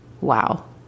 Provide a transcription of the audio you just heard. Wow